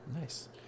Nice